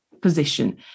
position